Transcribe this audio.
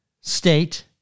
state